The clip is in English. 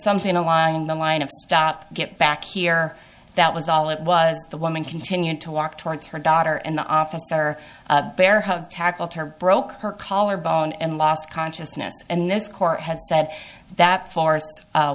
something along the line of stop get back here that was all it was the woman continued to walk towards her daughter and the officer bearhug tackled her broke her collarbone and lost consciousness and this court had said that force was